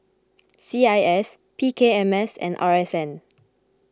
C I S P K M S and R S N